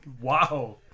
Wow